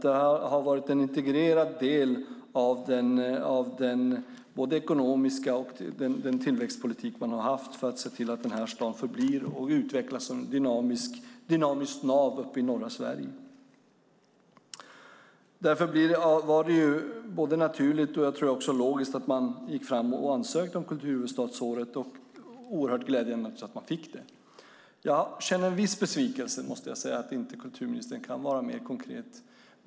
Det har varit en integrerad del av både den ekonomiska politik och den tillväxtpolitik man har haft för att se till att staden förblir och utvecklas som ett dynamiskt nav i norra Sverige. Därför var det både naturligt och logiskt att de ansökte om att bli kulturhuvudstad år 2014, och det är oerhört glädjande att de också fick det. Jag känner en viss besvikelse, måste jag säga, över att kulturministern inte kan vara mer konkret.